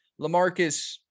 LaMarcus